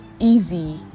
Easy